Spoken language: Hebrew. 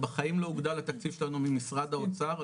בחיים לא הוגדל התקציב שלנו ממשרד האוצר,